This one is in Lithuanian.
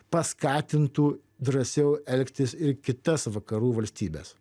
paskatintų drąsiau elgtis ir kitas vakarų valstybes